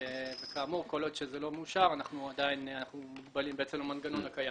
כאמור כל עוד זה לא מאושר אנחנו מוגבלים למנגנון הקיים.